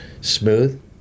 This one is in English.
smooth